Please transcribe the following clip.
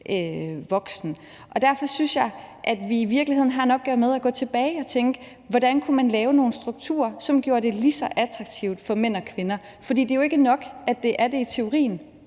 voksen. Derfor synes jeg, at vi i virkeligheden har en opgave med at gå tilbage og tænke: Hvordan kunne man lave nogle strukturer, som gjorde det lige attraktivt for mænd og kvinder? For det er jo ikke nok, at det er det i teorien.